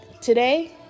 today